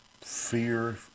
fear